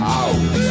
out